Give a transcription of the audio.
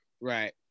Right